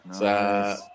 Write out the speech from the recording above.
Nice